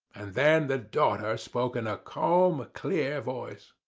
and then the daughter spoke in a calm clear voice.